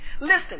Listen